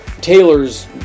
Taylor's